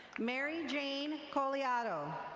mary jane coliotto.